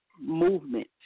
movement